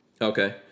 okay